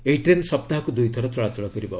ଏହି ଟ୍ରେନ୍ ସପ୍ତାହକୁ ଦୁଇଥର ଚଳାଚଳ କରିବ